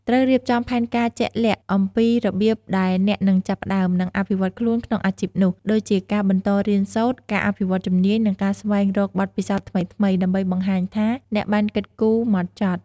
ត្រូវរៀបចំផែនការជាក់លាក់អំពីរបៀបដែលអ្នកនឹងចាប់ផ្តើម និងអភិវឌ្ឍខ្លួនក្នុងអាជីពនោះ ដូចជាការបន្តរៀនសូត្រ ការអភិវឌ្ឍជំនាញ និងការស្វែងរកបទពិសោធន៍ថ្មីៗ ដើម្បីបង្ហាញថាអ្នកបានគិតគូរហ្មត់ចត់។